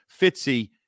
Fitzy